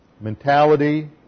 mentality